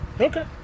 Okay